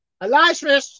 Elisha